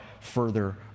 further